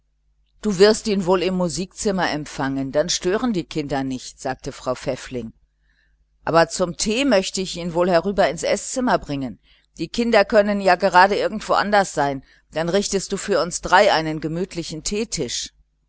du wirst ihn wohl im musikzimmer empfangen dann stören die kinder nicht sagte frau pfäffling aber zum tee möchte ich ihn herüber ins eßzimmer bringen die kinder können ja irgendwo anders sein dann richtest du für uns drei einen gemütlichen teetisch